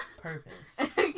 purpose